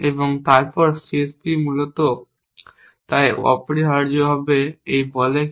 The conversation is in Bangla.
এবং তারপর CSP সমাধান মূলত তাই অপরিহার্যভাবে এই বলে কি